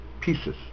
pieces